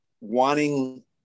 wanting